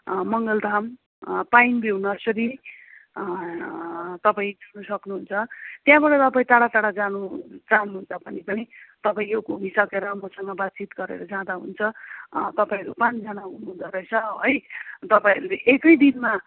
Mangaldham pine view nursery तपाईँ जान सक्नुहुन्छ त्यहाँबाट तपाईँ टाढा टाढा जानु चाहनुहुन्छ भने पनि तपाईँ यो घुमि सकेर मसँग बातचित गरेर जाँदा हुन्छ तपाईँहरू पाँचजाना हुनुहुँदो रहेछ है तपाईँहरूले एकै दिनमा